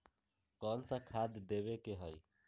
कोन सा खाद देवे के हई?